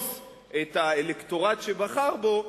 לרמוס את האלקטורט שבחר בו,